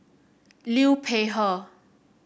Liu Peihe